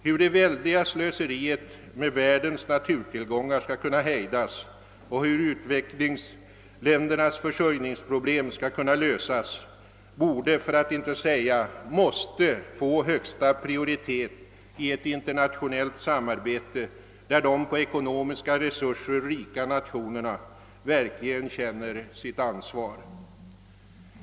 Hur det väldiga slöseriet med världens naturtillgångar skall kunna hejdas och hur utvecklingsländernas försörjningsproblem skall kunna lösas borde, för att inte säga måste, få högsta prioritet i ett internationellt samarbete där de på ekonomiska resurser rika nationerna verkligen känner sitt ansvar.